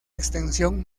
extensión